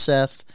Seth